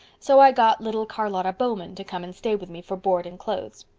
so i got little charlotta bowman to come and stay with me for board and clothes.